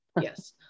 Yes